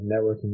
Networking